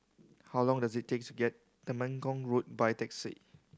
how long does it takes to get Temenggong Road by taxi